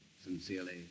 Sincerely